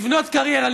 לבנות קריירה,